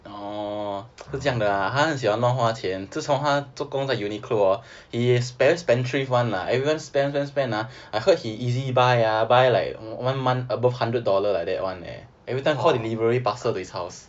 orh 是这样的啦他很喜欢乱花钱自从他做工在 uniqlo orh he is very spendthrift [one] lah every time spend spend ah I heard he E_Z buy ah buy like one month above hundred dollar like that [one] leh every time call delivery parcel to his house